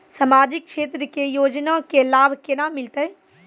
समाजिक क्षेत्र के योजना के लाभ केना मिलतै?